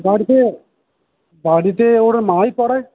বাড়িতে বাড়িতে ওর মা ই পড়ায়